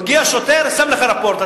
מגיע שוטר, שם לך רפורט.